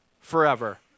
forever